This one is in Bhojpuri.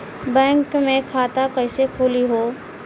बैक मे खाता कईसे खुली हो?